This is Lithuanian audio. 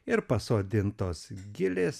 ir pasodintos gilės